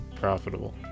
profitable